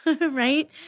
right